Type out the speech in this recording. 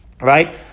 right